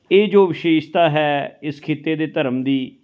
ਇਹ ਜੋ ਵਿਸ਼ੇਸ਼ਤਾ ਹੈ ਇਸ ਖਿੱਤੇ ਦੇ ਧਰਮ ਦੀ